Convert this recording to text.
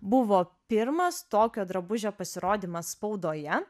buvo pirmas tokio drabužio pasirodymas spaudoje